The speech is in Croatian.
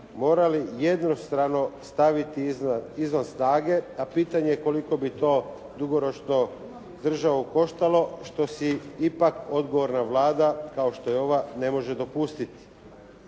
morali jednostrano staviti izvan snage, a pitanje je koliko bi dugoročno državu koštalo, što si ipak odgovorna Vlada kao što je ova, ne može dopustiti.